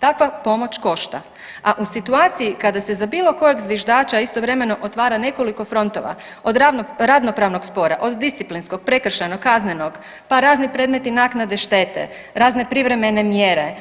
Takva pomoć košta, a u situaciji kada se za bilo kojeg zviždača istovremeno otvara nekoliko frontova, od ravnopravnog spora, od disciplinskog, prekršajnog, kaznenog, pa razni predmeti naknade štete, razne privremene mjere,